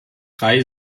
drei